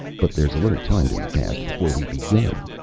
but there's a little time to be passed before we begin,